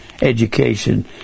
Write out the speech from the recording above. education